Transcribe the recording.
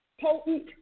Potent